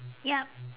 yup